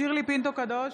שירלי פינטו קדוש,